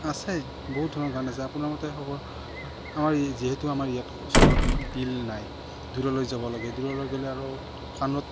আছে বহুত ধৰণৰ গান আছে আপোনাৰ মতে হ'বৰ আমাৰ যিহেতু আমাৰ ইয়াত ওচৰত বিল নাই দূৰলৈ যাব লাগে দূৰলৈ গ'লে আৰু কাণত